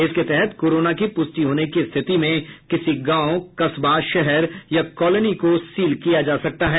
इसके तहत कोरोना की पुष्टि होने की स्थिति में किसी गांव कस्बा शहर या कॉलोनी को सील किया जा सकता है